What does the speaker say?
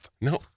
No